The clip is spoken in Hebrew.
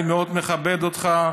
אני מאוד מכבד אותך,